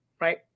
right